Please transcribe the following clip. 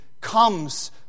comes